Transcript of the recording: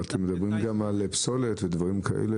אבל אתם מדברים גם על פסולת ודברים כאלה,